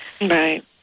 Right